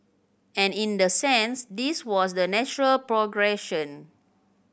and in the sense this was the natural progression